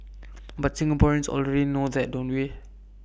but Singaporeans already know that don't we